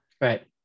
Right